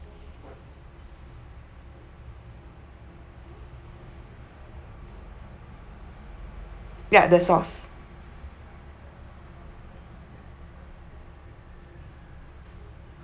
ya the sauce